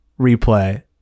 replay